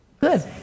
Good